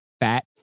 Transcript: fat